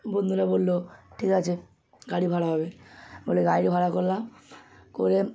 বন্ধুরা বলল ঠিক আছে গাড়ি ভাড়া হবে বলে গাড়ি ভাড়া করলাম করে